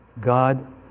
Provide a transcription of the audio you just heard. God